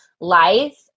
life